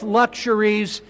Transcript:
luxuries